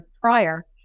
prior